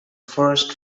first